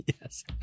Yes